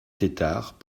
tetart